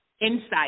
insight